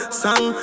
song